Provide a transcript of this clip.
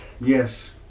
yes